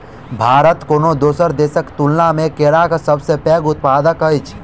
भारत कोनो दोसर देसक तुलना मे केराक सबसे पैघ उत्पादक अछि